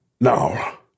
Now